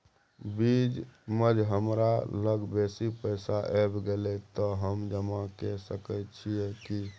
बीच म ज हमरा लग बेसी पैसा ऐब गेले त हम जमा के सके छिए की?